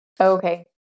Okay